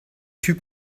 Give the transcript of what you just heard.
typ